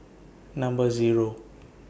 Number Zero